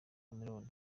cameroun